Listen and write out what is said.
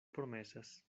promesas